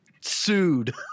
sued